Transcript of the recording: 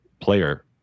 player